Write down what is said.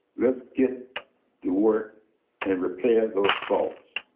let's get to work and repair those faults.